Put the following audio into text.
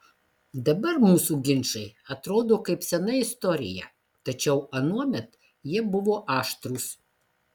dabar mūsų ginčai atrodo kaip sena istorija tačiau anuomet jie buvo aštrūs